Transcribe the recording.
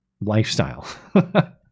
lifestyle